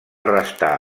restar